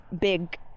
big